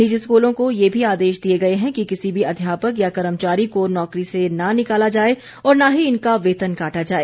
निजी स्कूलों को ये भी आदेश दिए गए हैं कि किसी भी अध्यापक या कर्मचारी को नौकरी से न निकाला जाए और न ही इनका वेतन काटा जाए